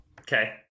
Okay